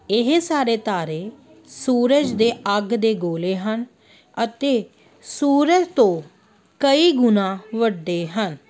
ਸਾਰੇ ਤਾਰੇ ਸੂਰਜ ਦੇ ਅੱਗ ਦੇ ਗੋਲੇ ਹਨ ਅਤੇ ਸੂਰਜ ਤੋਂ ਕਈ ਗੁਣਾ ਵੱਡੇ ਹਨ